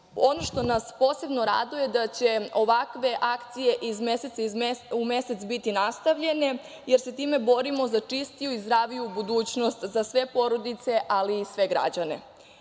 što nas posebno raduje je da će ovakve akcije iz meseca u mesec biti nastavljene, jer se time borimo za čistiju i zdraviju budućnost za sve porodice, ali i sve građane.U